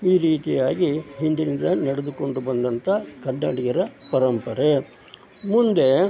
ಈ ರೀತಿಯಾಗಿ ಹಿಂದಿನಿಂದ ನಡೆದುಕೊಂಡು ಬಂದಂಥ ಕನ್ನಡಿಗರ ಪರಂಪರೆ ಮುಂದೆ